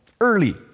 Early